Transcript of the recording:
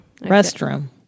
Restroom